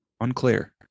unclear